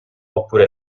oppure